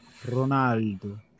Ronaldo